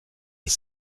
est